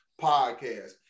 Podcast